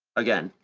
again,